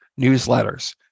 newsletters